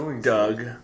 Doug